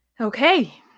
Okay